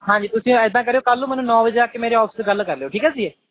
ਹਾਂਜੀ ਤੁਸੀਂ ਇੱਦਾਂ ਕਰਿਓ ਕੱਲ੍ਹ ਨੂੰ ਮੈਨੂੰ ਨੌ ਵਜੇ ਆ ਕੇ ਮੇਰੇ ਅੋਫਿਸ ਗੱਲ ਕਰ ਲਿਓ ਠੀਕ ਆ ਜੀ